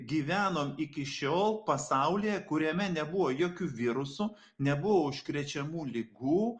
gyvenom iki šiol pasaulyje kuriame nebuvo jokių virusų nebuvo užkrečiamų ligų